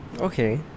Okay